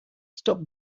stop